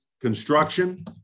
Construction